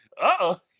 Uh-oh